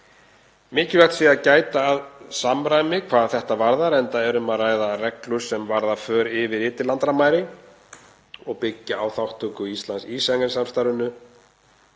Mikilvægt sé að gæta að samræmi hvað þetta varðar enda er um að ræða reglur sem varða för yfir ytri landamæri og byggja á þátttöku Íslands í Schengen-samstarfinu.